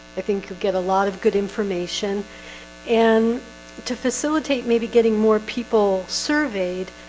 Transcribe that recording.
i think get a lot of good information and to facilitate maybe getting more people surveyed,